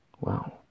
Wow